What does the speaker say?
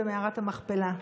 במערת המכפלה.